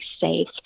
safe